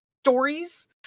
Stories